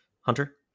hunter